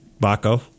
Baco